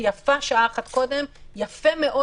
כמדינה.